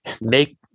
make